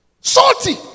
Salty